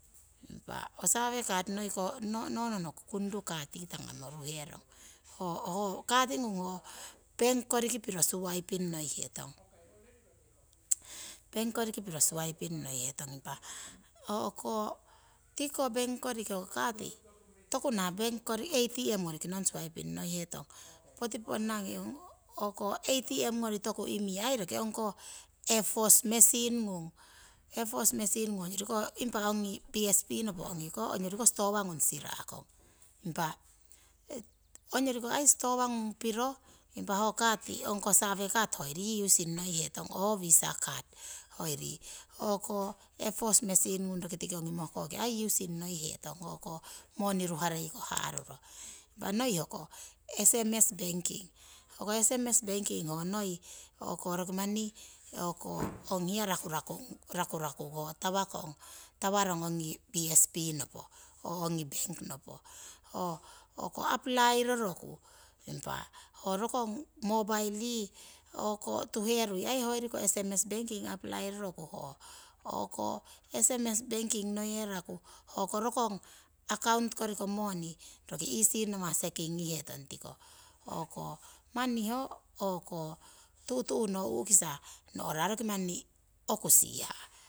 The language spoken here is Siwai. Impa ho save crd no nohno hoko kundu card yii tangamo uruherong, ho kati ngung ho pengki koriki piro suwaiping ngoihetong. impa o'ko tiko pengki koriko hoko kati, tokunah pengki koriki atm ngoriki nong suwaiping ngoihetong. Poti ponnangi atm ngori toku imii ai roki ongkoh eftptos machine ngung, eftptos machine ngung impa ongi koh bsp nopo ongyori koh stowa ngung rira'kong. Impa ongyori koh stowa ngung piro impa ho kati ongkoh save card hoyori using noihetong oo visa card hoyori o'ko eftptos machine using ngonghenog tiki ongi mohkoki moni ruhareino haruro. Impa noi hoko sms banking hoko sms banking hoko noi ong hiya rakurakuho tawakong tawarong ongi bsp nopo oo ongi bank nopo. Hoko apply apply roroku impa ho rokong mobile yii o'ko tuherui hoyori ko sms banking ngeyeraku hoko rokong account koriko moni noki easy ngawah sekingihetong tiko manni ho o'ko tu'tu'no u'kisa no'ra roki manni okusihah